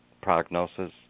prognosis